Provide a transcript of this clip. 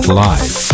live